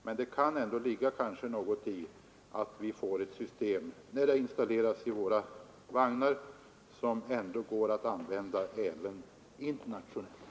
Men det kan ligga någonting i att när vi får ett sådant system installerat i våra vagnar bör det vara ett system som går att använda även internationellt.